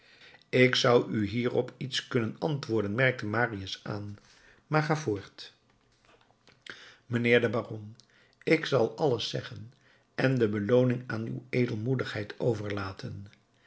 ik zou u hierop iets kunnen antwoorden merkte marius aan maar ga voort mijnheer de baron ik zal alles zeggen en de belooning aan uw edelmoedigheid overlaten